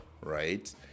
right